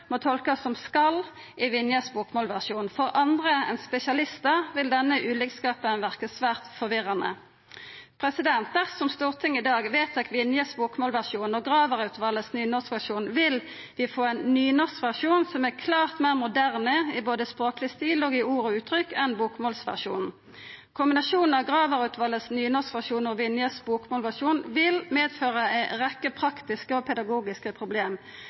må tolkast som «skal» i Vinje sin bokmålsversjon. For andre enn spesialistar vil denne ulikskapen verka svært forvirrande. Dersom Stortinget i dag vedtar Vinje sin bokmålsversjon og Graver-utvalet sin nynorskversjon, vil vi få ein nynorskversjon som er klart meir moderne både i språkleg stil og i ord og uttrykk enn bokmålsversjonen. Kombinasjonen av Graver-utvalet sin nynorskversjon og Vinje sin bokmålsversjon vil medføra ei rekkje praktiske og pedagogiske problem.